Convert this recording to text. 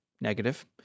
negative